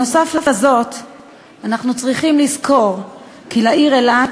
נוסף על כך אנחנו צריכים לזכור כי לעיר אילת